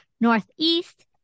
Northeast